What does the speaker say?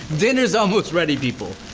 dinner's almost ready people.